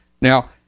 Now